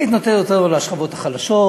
היית נותנת אותו לשכבות החלשות?